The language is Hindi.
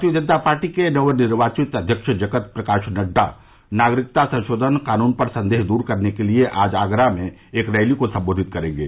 भारतीय जनता पार्टी के नवनिर्वाचित अध्यक्ष जगत प्रकाश नड़डा नागरिकता संशोधन कानून पर संदेह दूर करने के लिए आज आगरा में एक रैली को सम्बोधित करेंगे